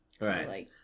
Right